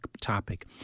topic